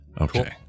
Okay